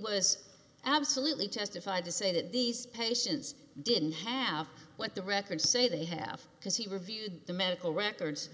was absolutely testified to say that these patients didn't have what the records say they have because he reviewed the medical records